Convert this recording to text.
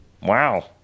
wow